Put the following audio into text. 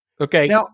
Okay